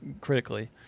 critically